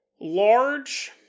Large